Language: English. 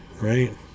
right